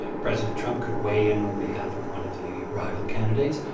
president trump could weigh in on behalf of one of the rival candidates,